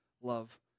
love